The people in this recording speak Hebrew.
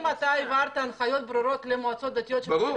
האם אתה העברת הנחיות ברורות למועצות הדתיות -- ברור,